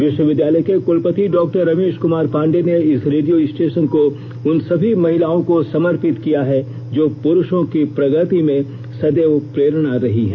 विश्वविद्यालय के कुलपति डॉक्टर रमेश कुमार पांडेय ने इस रेडियो स्टेशन को उन सभी महिलाओं को समर्पित किया है जो प्रुषों की प्रगति में सदैव प्रेरणा रही हैं